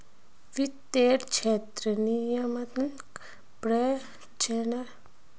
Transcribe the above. वित्तेर क्षेत्रत विनियमनक पर्यवेक्षनेर एक रूप मात्र मानाल जा छेक